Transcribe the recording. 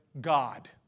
God